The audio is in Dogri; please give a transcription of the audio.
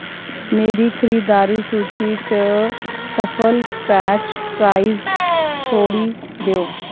मेरी खरीददारी सूची च सफल पैच फ्राइज छोड़ी देओ